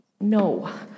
no